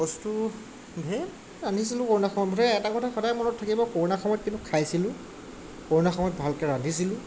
বস্তু ঢেৰ ৰান্ধিছিলো কৰোণা সময়ত মুঠতে এটা কথা সদায় মনত থাকিব কৰোণা সময়ত কিন্তু খাইছিলো কৰোণা সময়ত ভালকৈ ৰান্ধিছিলো